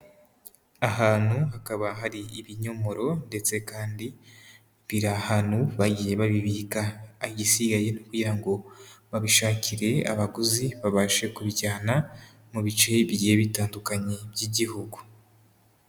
Ahantu hakaba hari ibinyomoro ndetse kandi biri ahantu bagiye babibika, igisigaye ni ukugira ngo babishakire abaguzi babashe kubijyana mu bice bigiye bitandukanye by'igihugu.